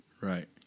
Right